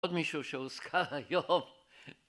עוד מישהו שהוזכר היום